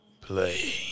Play